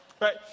right